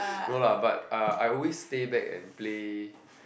no lah but ah I always stay back and play